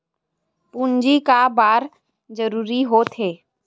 पूंजी का बार जरूरी हो थे?